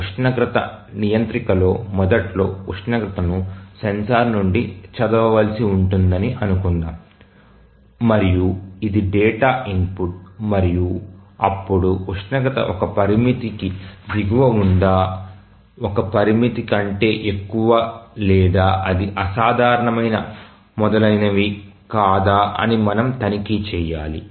ఉష్ణోగ్రత నియంత్రికలో మొదట్లో ఉష్ణోగ్రతను సెన్సార్ నుండి చదవవలసి ఉంటుందని అనుకుందాం మరియు ఇది డేటా ఇన్పుట్ మరియు అప్పుడు ఉష్ణోగ్రత ఒక పరిమితికి దిగువన ఉందా ఒక పరిమితికి కంటే ఎక్కువ లేదా అది అసాధారణమైన మొదలైనవి కాదా అని మనం తనిఖీ చేయాలి